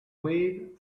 wave